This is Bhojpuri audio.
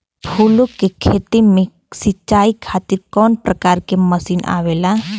फूलो के खेती में सीचाई खातीर कवन प्रकार के मशीन आवेला?